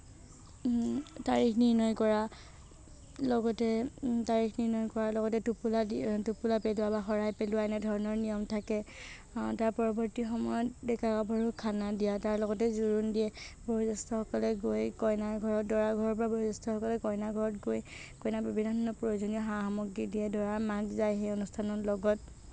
তাৰিখ নিৰ্ণয় কৰা লগতে তাৰিখ নিৰ্ণয় কৰাৰ লগতে টোপোলা দি টোপোলা পেলোৱা বা শৰাই পেলোৱা এনেধৰণৰ নিয়ম থাকে তাৰ পৰৱৰ্তী সময়ত ডেকা গাভৰু খানা দিয়া তাৰ লগতে জোৰোণ দিয়ে বয়োজ্যেষ্ঠসকলে গৈ কইনাৰ ঘৰত দৰা ঘৰৰ পৰা বয়োজ্যেষ্ঠসকলে কইনাঘৰত গৈ কইনাৰ বিভিন্ন ধৰণৰ প্ৰয়োজনীয় সা সামগ্ৰী দিয়ে দৰাৰ মাক যায় সেই অনুষ্ঠানত লগত